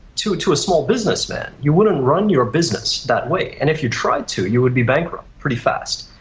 to to a small business man, you would have and run your business that way, and if you tried to, you would be bankrupt pretty fast.